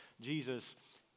Jesus